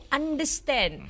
understand